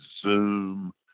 zoom